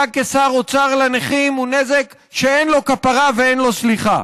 לנכים כשר אוצר הוא נזק שאין לו כפרה ואין לו סליחה.